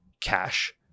cash